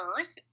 Earth